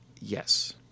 Yes